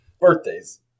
Birthdays